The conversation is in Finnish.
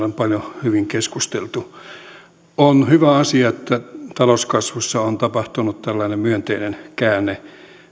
on paljon hyvin keskusteltu jonkun sanan sanoa on hyvä asia että talouskasvussa on tapahtunut tällainen myönteinen käänne